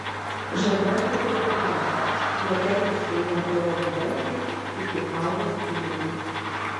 žaliavalgių festivalis nuo termiškai neapdorotų valgių iki auros tyrimų